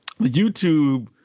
YouTube